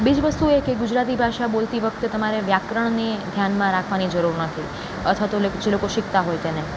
બીજી વસ્તુ એ કે ગુજરાતી ભાષા બોલતી વખતે તમારે વ્યાકરણને ધ્યાનમાં રાખવાની જરૂર નથી અથવા તો લાઈક જે લોકો શીખતા હોય તેને